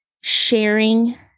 sharing